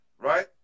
right